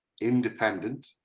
independent